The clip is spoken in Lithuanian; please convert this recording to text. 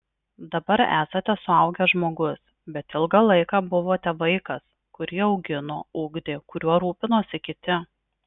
dabar esate suaugęs žmogus bet ilgą laiką buvote vaikas kurį augino ugdė kuriuo rūpinosi kiti